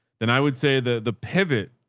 then i would say that the pivot,